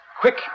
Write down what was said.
Quick